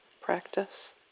practice